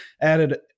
added